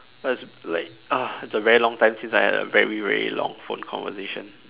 that's like ah it's a very long time since I had a very very long phone conversation